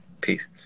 peace